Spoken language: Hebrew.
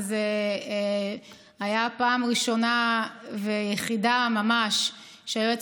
וזו הייתה פעם ראשונה ויחידה ממש שבה היועץ